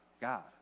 God